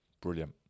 brilliant